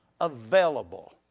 Available